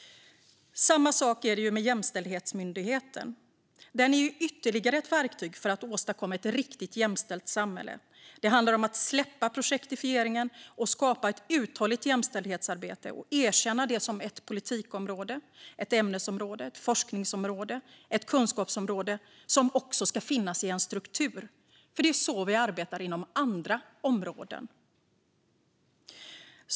Samma sak gäller Jämställdhetsmyndigheten. Den är ytterligare ett verktyg för att åstadkomma ett riktigt jämställt samhälle. Det handlar om att släppa projektifieringen, skapa ett uthålligt jämställdhetsarbete och erkänna det som ett politikområde, ett ämnesområde, ett forskningsområde och ett kunskapsområde, som också ska finnas i en struktur - för det är så vi arbetar inom andra områden.